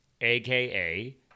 aka